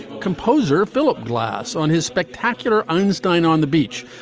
composer philip glass on his spectacular einstein on the beach.